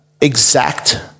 exact